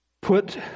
put